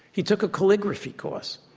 he took a calligraphy course.